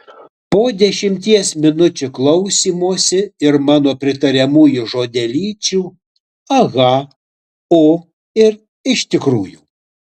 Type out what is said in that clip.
po dešimties minučių klausymosi ir mano pritariamųjų žodelyčių aha o ir iš tikrųjų